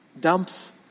Dumps